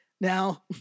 Now